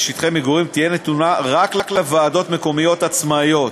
ושטחי מגורים תהיה נתונה רק לוועדות מקומיות עצמאיות.